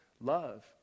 love